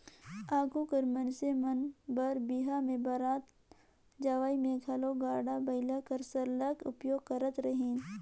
आघु कर मइनसे मन बर बिहा में बरात जवई में घलो गाड़ा बइला कर सरलग उपयोग करत रहिन